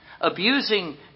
abusing